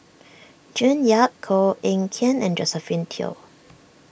June Yap Koh Eng Kian and Josephine Teo